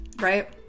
right